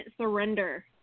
surrender